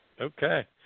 Okay